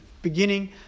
beginning